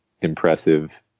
impressive